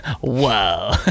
whoa